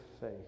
faith